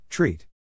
Treat